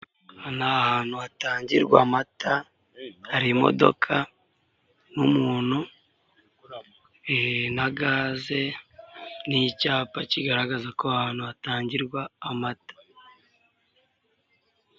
Aha ni ahantu hatangirwa amata hari imodoka n'umuntu ee na gaze n'icyapa kigaragaza ko aha hantu hatangirwa amata.